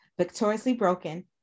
victoriouslybroken